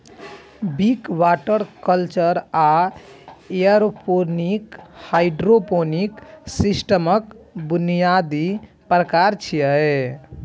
Wick, water culture आ aeroponic hydroponic सिस्टमक बुनियादी प्रकार छियै